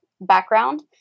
background